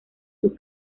sus